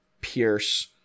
Pierce